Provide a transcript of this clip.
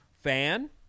fan